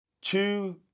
two